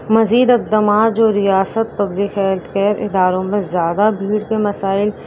مزید اکدامات جو ریاست پبلک ہیلتھ کیئر اداروں میں زیادہ بھیڑ کے مسائل